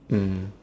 mm